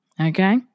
okay